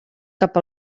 cap